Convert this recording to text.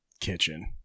kitchen